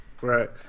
Right